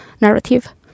narrative